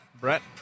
Brett